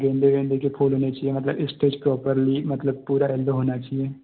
गेंदे वेंदे के फूल होने चाहिए मगर स्टेज के ऊपर नहीं मतलब पूरा येल्लो होना चाहिए